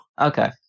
Okay